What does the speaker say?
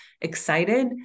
excited